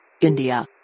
India